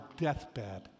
deathbed